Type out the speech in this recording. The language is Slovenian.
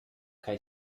kaj